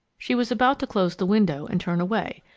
she was about to close the window and turn away,